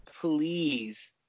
please